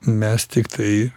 mes tiktai